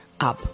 up